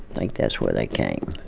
like that's where they came.